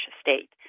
state